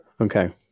Okay